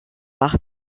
par